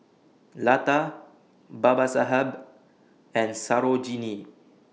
Lata Babasaheb and Sarojini